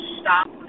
stop